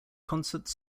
concerts